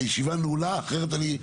הישיבה ננעלה בשעה 11:04.